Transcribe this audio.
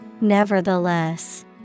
Nevertheless